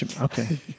Okay